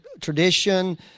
tradition